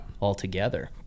altogether